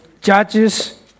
Judges